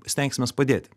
stengsimės padėti